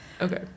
Okay